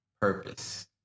purpose